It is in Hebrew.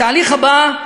התהליך הבא,